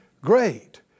Great